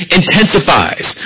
intensifies